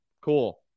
cool